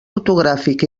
ortogràfic